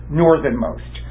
northernmost